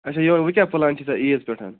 اَچھا یہِ وَن وۅنۍ کیٛاہ پُلان چھُے ژےٚ عیٖز پٮ۪ٹھ